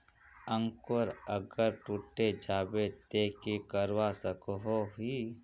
अंकूर अगर टूटे जाबे ते की करवा सकोहो ही?